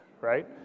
right